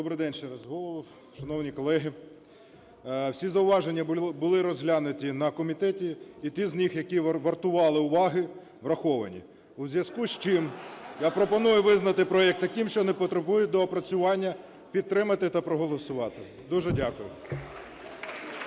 Голово! Шановні колеги, всі зауваження були розглянуті на комітеті і ті з них, які вартували уваги, враховані у зв'язку з чим я пропоную визнати проект таким, що не потребує доопрацювання, підтримати та проголосувати. Дуже дякую.